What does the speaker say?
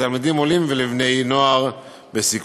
לתלמידים עולים ולבני-נוער בסיכון.